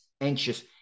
anxious